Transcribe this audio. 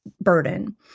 burden